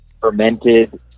fermented